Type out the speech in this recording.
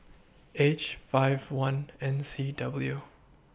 H five one N C W